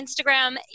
Instagram